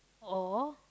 or